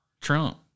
Trump